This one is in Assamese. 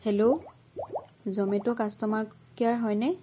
হেল্ল' জমেট' কাষ্টমাৰ কেয়াৰ হয়নে